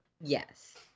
Yes